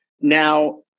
Now